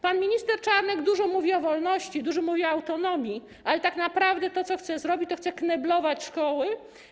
Pan minister Czarnek dużo mówi o wolności, dużo mówi o autonomii, ale tak naprawdę to, co chce zrobić, to kneblować szkoły.